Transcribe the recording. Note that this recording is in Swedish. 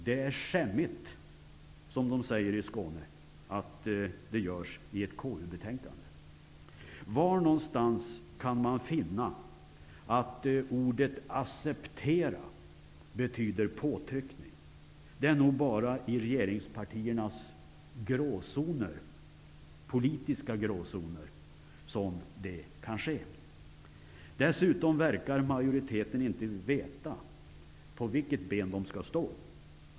Det är skämmigt, som de säger i Skåne, att det görs i ett betänkande från konstitutionsutskottet. Var någonstans kan man finna att ordet acceptera betyder påtryckning? Det är nog bara i regeringspartiernas politiska gråzoner som det kan ske. Dessutom verkar majoriteten inte veta på vilket ben den skall stå.